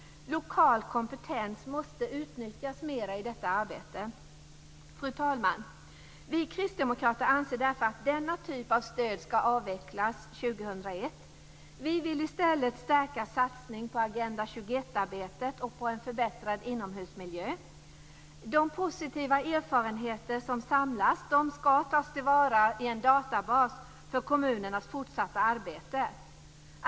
Lokal kompetens måste utnyttjas mer i detta arbetet. Fru talman! Vi kristdemokrater anser därför att denna typ av stöd ska avvecklas 2001. Vi vill i stället stärka en satsning på Agenda 21-arbetet och på en förbättrad inomhusmiljö. De positiva erfarenheter som samlats ska tas till vara i en databas för kommunernas fortsatta arbete.